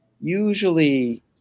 usually